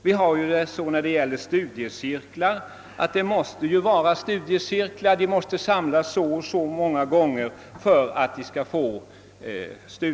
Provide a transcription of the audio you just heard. När det gäller t.ex. studiecirklar så är det så att de för att få studiestödet måste vara studiecirklar, de måste samlas så och så många gånger Oo. s. V.